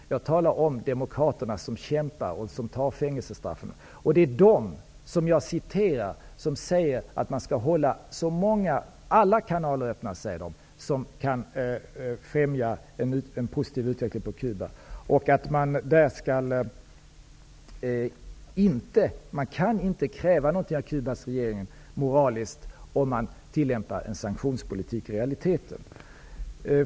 Jag talar om demokraterna som kämpar och som tar fängelsestraffen. Det är de som jag citerar, som säger att man skall hålla alla kanaler öppna som kan främja en positiv utveckling på Cuba. Man kan inte moraliskt kräva någonting av Cubas regering om man tillämpar en sanktionspolitik i realiteten.